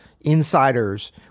insiders